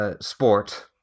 sport